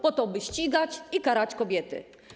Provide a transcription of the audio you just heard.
Po to, by ścigać i karać kobiety.